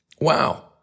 Wow